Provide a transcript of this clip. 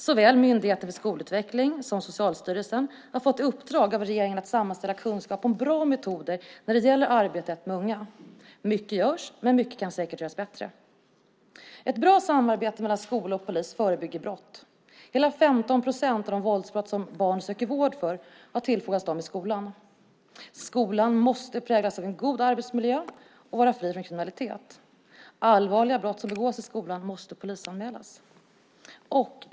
Såväl Myndigheten för skolutveckling som Socialstyrelsen har fått i uppdrag av regeringen att sammanställa kunskap om bra metoder när det gäller arbetet med unga. Mycket görs, men mycket kan säkert göras bättre. Ett bra samarbete mellan skola och polis förebygger brott. Hela 15 procent av de våldsbrott som barn söker vård för har tillfogats dem i skolan. Skolan måste präglas av en god arbetsmiljö och vara fri från kriminalitet. Allvarliga brott som begås i skolan måste polisanmälas.